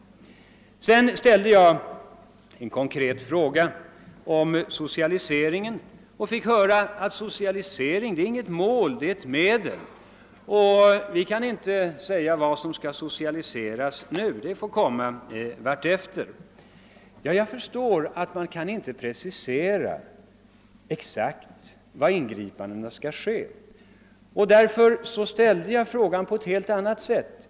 Vidare ställde jag en konkret fråga om socialiseringen och fick höra att socialisering är inget mål, det är ett medel, och att man inte kan säga vad som skall socialiseras utan att det får visa sig så småningom. Jag förstår att man inte exakt kan precisera var ingripandena skall ske. Därför ställde jag frågan på ett helt annat sätt.